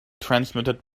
transmitted